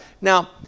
Now